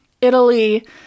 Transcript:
Italy